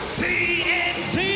tnt